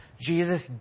Jesus